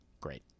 Great